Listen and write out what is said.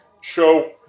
show